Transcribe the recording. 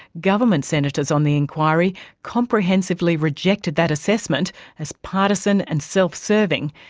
government senators on the inquiry comprehensively rejected that assessment as partisan and self-serving,